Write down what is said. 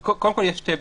יש שתי בדיקות.